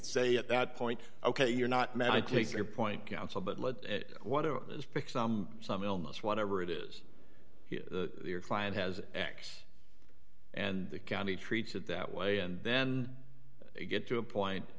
say at that point ok you're not mad i take your point counsel but let it whatever it is pick some some illness whatever it is your client has access and the county treats it that way and then you get to a point